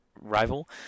rival